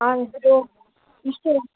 আমাদেরও নিশ্চয়ই